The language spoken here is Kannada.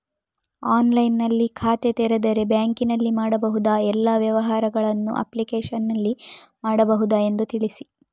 ಆನ್ಲೈನ್ನಲ್ಲಿ ಖಾತೆ ತೆರೆದರೆ ಬ್ಯಾಂಕಿನಲ್ಲಿ ಮಾಡಬಹುದಾ ಎಲ್ಲ ವ್ಯವಹಾರಗಳನ್ನು ಅಪ್ಲಿಕೇಶನ್ನಲ್ಲಿ ಮಾಡಬಹುದಾ ಎಂದು ತಿಳಿಸಿ?